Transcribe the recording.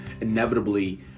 inevitably